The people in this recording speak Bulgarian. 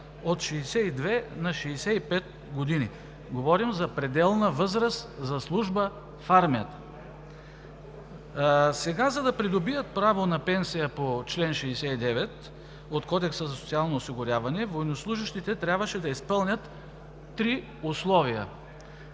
от 62 на 65 години. Говорим за пределната възраст за служба в армията. За да придобият право на пенсия по чл. 69 от Кодекса за социално осигуряване, военнослужещите трябваше да изпълнят три условия: